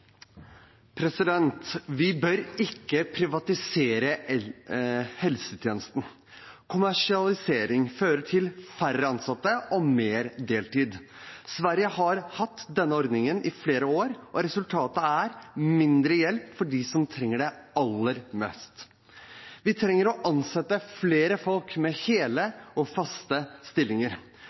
Vi bør ikke privatisere helsetjenesten. Kommersialisering fører til færre ansatte og mer deltid. Sverige har hatt denne ordningen i flere år, og resultatet er mindre hjelp for dem som trenger det aller mest. Vi trenger å ansette flere folk med hele og faste stillinger